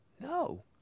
No